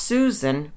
Susan